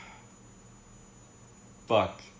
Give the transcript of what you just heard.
fuck